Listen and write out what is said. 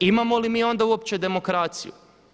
Imamo li mi onda uopće demokraciju?